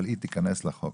אבל היא תיכנס לחוק.